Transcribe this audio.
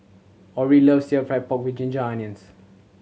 Orie loves stir fried pork ginger onions